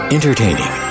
Entertaining